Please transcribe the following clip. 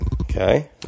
Okay